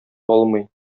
алмый